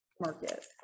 market